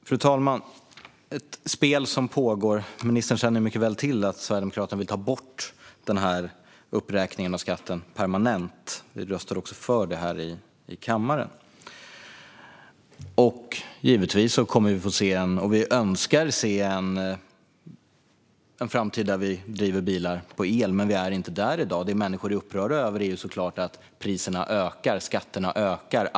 Fru talman! Ett spel som pågår, säger ministern. Han känner mycket väl till att Sverigedemokraterna vill ta bort uppräkningen av skatten permanent. Vi röstade också för det i kammaren. Givetvis önskar vi se en framtid där vi driver bilar med el, men vi är inte där i dag. Det människor är upprörda över är såklart att priserna och skatterna ökar.